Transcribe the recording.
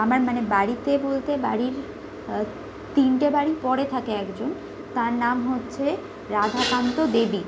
আমার মানে বাড়িতে বলতে বাড়ির তিনটে বাড়ি পরে থাকে একজন তার নাম হচ্ছে রাধাকান্ত দেবী